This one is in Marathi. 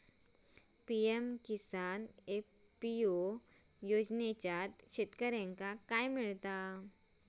पी.एम किसान एफ.पी.ओ योजनाच्यात शेतकऱ्यांका काय मिळता?